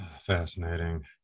fascinating